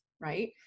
right